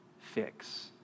fix